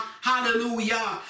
hallelujah